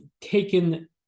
taken